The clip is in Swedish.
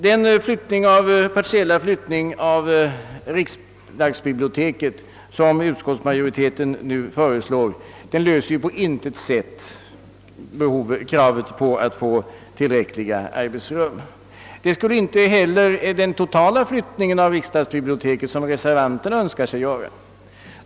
Den partiella flyttning av riksdagsbiblioteket som utskottsmajoriteten föreslår tillgodoser på inte sätt kraven på ordentliga arbetsrum, och det gör inte heller den totala flyttning av riksdagsbiblioteket som reservanterna uttalat sig för.